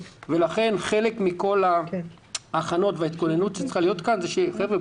לכן חלק מכל ההכנות וההתכוננות שצריכה להיות כאן היא להגיד: חבר'ה,